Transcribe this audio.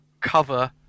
cover